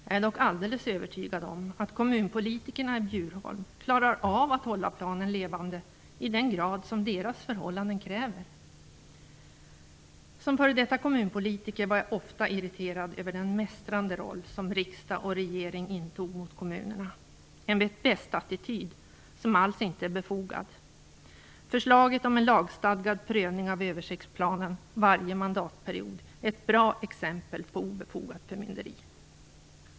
Jag är dock alldeles övertygad om att kommunpolitikerna i Bjurholm klarar av att hålla planen levande i den grad som deras förhållanden kräver. Som före detta kommunpolitiker har jag ofta varit irriterad över den mästrande roll som riksdag och regering intar mot kommunerna, en "vet-bäst-attityd", som alls inte är befogad. Förslaget om en lagstadgad prövning av översiktsplanen varje mandatperiod är ett bra exempel på obefogat förmynderi.